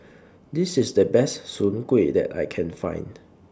This IS The Best Soon Kueh that I Can Find